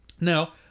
Now